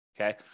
okay